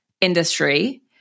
industry